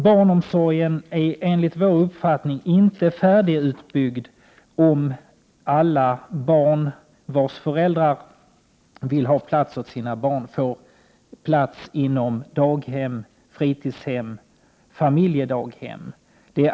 Barnomsorgen är, enligt vår åsikt, inte färdigutbyggd om alla barn, vilkas föräldrar vill få plats för sina barn, kan placeras i daghem, fritidshem eller familjedaghem.